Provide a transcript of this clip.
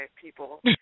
people